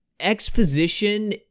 exposition